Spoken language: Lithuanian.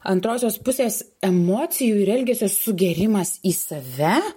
antrosios pusės emocijų ir elgesio sugėrimas į save